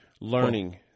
learning